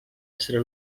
essere